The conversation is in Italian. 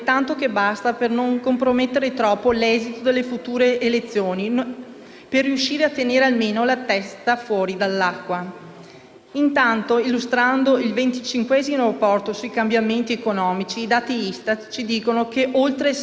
Intanto, illustrando il 25° rapporto sui cambiamenti economici, i dati Istat ci dicono che oltre 7 milioni di persone vivono in grave deprivazione materiale e per gli *under* 35 è sempre più difficile trovare lavoro.